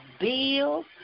bills